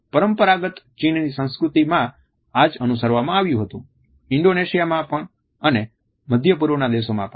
પરંપરાગત ચીનની સંસ્કૃતિમાં આ જ અનુસરવામાં આવ્યું હતું ઈન્ડોનેશિયામાં પણ મધ્ય પૂર્વના દેશોમાં પણ